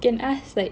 can ask like